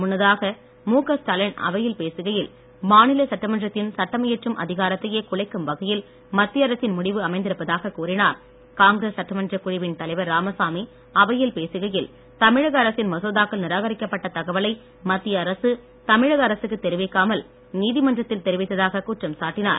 முன்னதாக முக ஸ்டாலின் அவையில் பேசுகையில் மாநில சட்டமன்றத்தின் சட்டமியற்றும் அதிகாரத்தையே குலைக்கும் வகையில் மத்திய அரசின் முடிவு அமைந்திருப்பதாக கூறினார் காங்கிரஸ் சட்டமன்ற குழுவின் தலைவர் ராமசாமி அவையில் பேசுகையில் தமிழக அரசின் மசோதாக்கள் நிராகரிக்கப்பட்ட தகவலை மத்திய அரசு தமிழக அரசுக்குத் தெரிவிக்காமல் நீதிமன்றத்தில் தெரிவித்ததாக குற்றம் சாட்டினார்